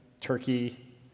Turkey